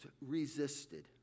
resisted